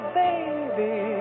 baby